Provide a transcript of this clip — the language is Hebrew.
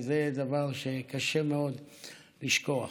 וזה דבר שקשה מאוד לשכוח.